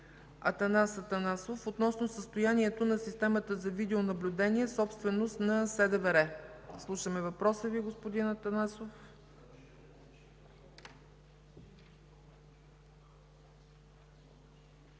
Атанас Атанасов относно състоянието на системата за видеонаблюдение, собственост на СДВР. Слушаме въпросът Ви, господин Атанасов. АТАНАС